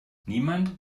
niemand